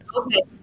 Okay